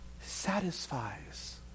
Satisfies